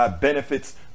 benefits